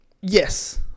Yes